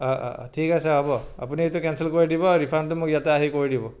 অঁ অঁ অঁ ঠিক আছে হ'ব আপুনি এইটো কেনচেল কৰি দিব আৰু ৰিফাণ্ডটো মোক ইয়াতে আহি কৰি দিব